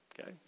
okay